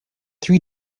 three